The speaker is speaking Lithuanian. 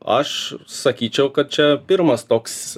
aš sakyčiau kad čia pirmas toks